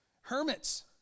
hermits